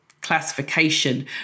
classification